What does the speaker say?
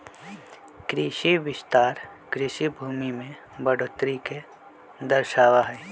कृषि विस्तार कृषि भूमि में बढ़ोतरी के दर्शावा हई